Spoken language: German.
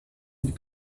und